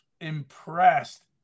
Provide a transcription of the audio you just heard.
impressed